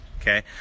Okay